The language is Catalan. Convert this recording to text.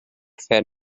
fer